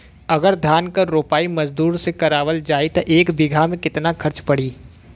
अगर धान क रोपाई मजदूर से करावल जाई त एक बिघा में कितना खर्च पड़ी?